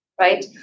Right